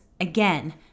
again